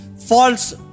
false